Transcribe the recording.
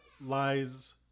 lies